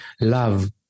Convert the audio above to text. love